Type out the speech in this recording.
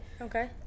Okay